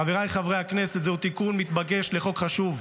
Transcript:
חבריי חברי הכנסת, זהו תיקון מתבקש לחוק חשוב.